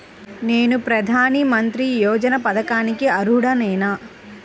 నేను ప్రధాని మంత్రి యోజన పథకానికి అర్హుడ నేన?